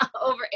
over